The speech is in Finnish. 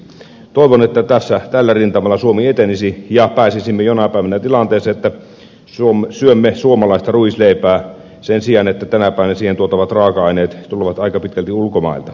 toivon että tällä rintamalla suomi etenisi ja pääsisimme jonain päivänä tilanteeseen että syömme suomalaista ruisleipää sen sijaan että tänä päivänä siihen tuotavat raaka aineet tulevat aika pitkälti ulkomailta